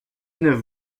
neuf